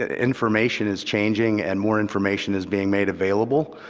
ah information is changing and more information is being made available,